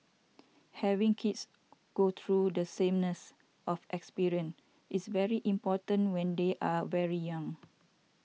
having kids go through the sameness of experience is very important when they are very young